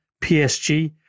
PSG